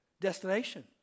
destination